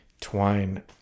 Twine